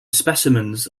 specimens